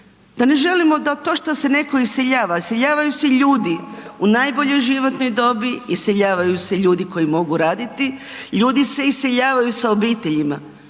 da ne želimo da to što se netko iseljava, iseljavaju se ljudi u najboljoj životnoj dobi, iseljavaju se ljudi koji mogu raditi, ljudi se iseljavaju sa obiteljima,